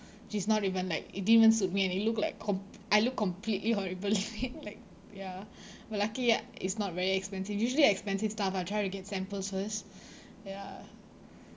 which is not even like it didn't even suit me and it look like comp~ I look completely horrible on it like ya but luckily ya it's not very expensive usually expensive stuff I'll try to get samples first ya